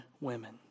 women